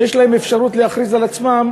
שיש להם אפשרות להכריז על עצמם